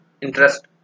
interest